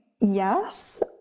Yes